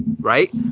right